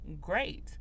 great